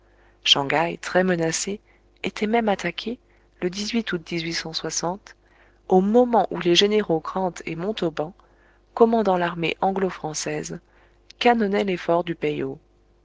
shang haï très menacée était même attaquée le août au moment où les généraux grant et montauban commandant l'armée anglo française canonnaient les forts du peïho